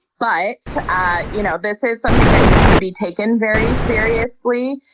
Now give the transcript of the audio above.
but ah you know this is something that needs to be taken very seriously.